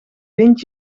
vind